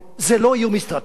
זה לא איום אסטרטגי?